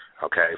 okay